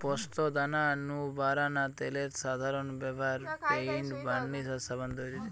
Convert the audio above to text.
পোস্তদানা নু বারানা তেলের সাধারন ব্যভার পেইন্ট, বার্নিশ আর সাবান তৈরিরে